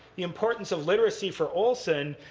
the importance of literacy, for olson,